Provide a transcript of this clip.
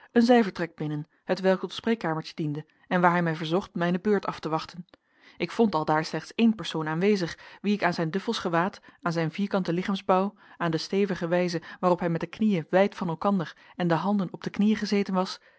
een zijvertrek binnen hetwelk tot spreekkamertje diende en waar hij mij verzocht mijne beurt af te wachten ik vond aldaar slechts één persoon aanwezig wien ik aan zijn duffelsch gewaad aan zijn vierkanten lichaamsbouw aan de stevige wijze waarop hij met de knieën wijd van elkander en de handen op de knieën gezeten was